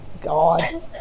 God